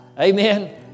Amen